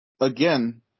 Again